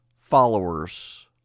followers